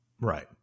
Right